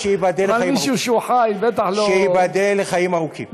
אבל מישהו שהוא חי, בטח לא, שייבדל לחיים ארוכים.